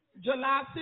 July